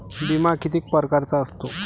बिमा किती परकारचा असतो?